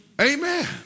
Amen